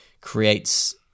creates